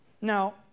Now